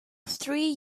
three